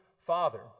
Father